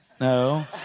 No